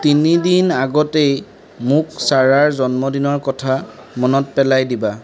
তিনিদিন আগতেই মোক ছাৰাৰ জন্মদিনৰ কথা মনত পেলাই দিবা